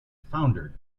foundered